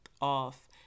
off